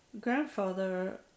grandfather